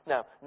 Now